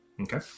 Okay